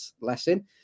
lesson